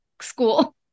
school